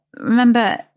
remember